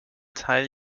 teil